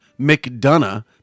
McDonough